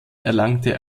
erlangte